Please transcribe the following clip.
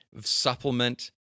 supplement